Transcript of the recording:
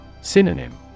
Synonym